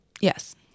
Yes